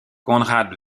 konrad